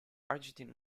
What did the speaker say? argentine